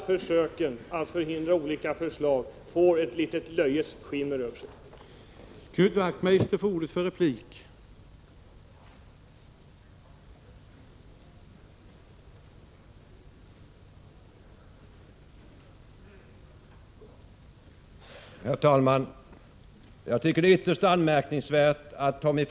1986/87:50 det av olika förslag får ett litet löjets skimmer över sig. 16 december 1986